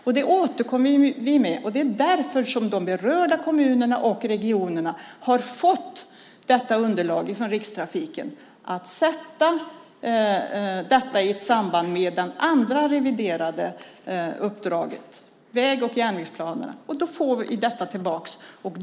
Vi återkommer med det. Det är därför som de berörda kommunerna och regionerna har fått detta underlag från Rikstrafiken. De ska sätta det i samband med det andra reviderade uppdraget, väg och järnvägsplanerna. Vi får tillbaka detta.